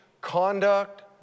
conduct